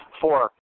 Four